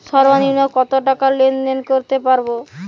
সর্বনিম্ন কত টাকা লেনদেন করতে পারবো?